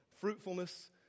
fruitfulness